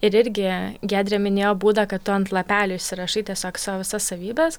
ir irgi giedrė minėjo būdą kad tu ant lapelių išsirašai tiesiog savo visas savybes